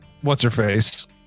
What's-her-face